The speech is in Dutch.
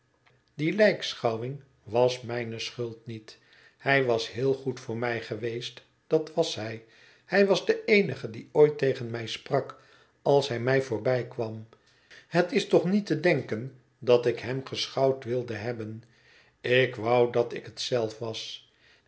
die lijkschouwing was m ij n e schuld niet hij was heel goed voor mij geweest dat was hij hij was de eenige die ooit tegen mij sprak als hij mij voorbijkwam het is toch niet te denken dat ik hem geschouwd wilde hebben ik wou dat ik het zelf was